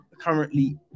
currently